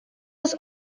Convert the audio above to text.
was